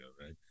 right